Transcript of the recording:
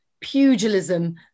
pugilism